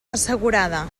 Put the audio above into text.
assegurada